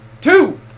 Two